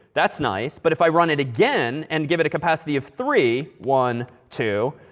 that's nice. but if i run it again, and give it a capacity of three one, two,